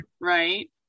right